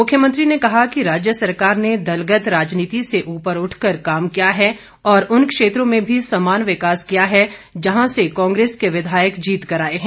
मुख्यमंत्री ने कहा कि राज्य सरकार ने दलगत राजनीति से ऊपर उठकर काम किया है और उन क्षेत्रों में भी समान विकास किया है जहां से कांग्रेस के विधायक जीतकर आए हैं